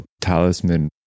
talisman